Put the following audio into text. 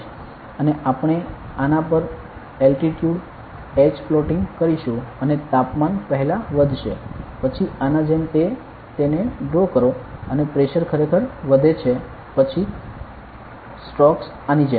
અને આપણે આનાપર એલ્ટિટ્યુડ h પ્લોટીંગ કરીશું અને તાપમાન પહેલા વધશે પછી આના જેમ તેને ડ્રો કરો અને પ્રેશર ખરેખર વધે છે પછી સ્ટ્રોક્સ આની જેમ